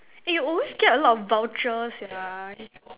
eh you always get a lot of voucher sia